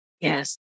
Yes